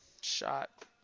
shot